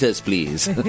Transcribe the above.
please